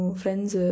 friends